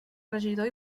regidor